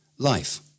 Life